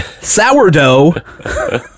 Sourdough